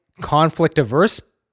conflict-averse